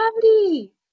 gravity